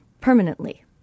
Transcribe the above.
permanently